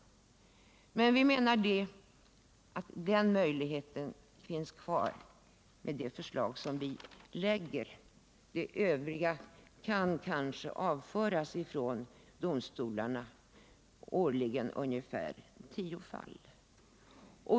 Men vi menar att den möjligheten finns kvar med det förslag som vi lägger fram. De övriga kan kanske avföras från domstolarna , årligen ungefär tio fall.